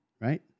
right